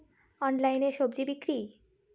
অনলাইনে স্বজি বিক্রি?